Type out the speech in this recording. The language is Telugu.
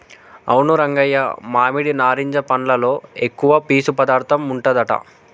అవును రంగయ్య మామిడి నారింజ పండ్లలో ఎక్కువ పీసు పదార్థం ఉంటదట